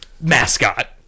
mascot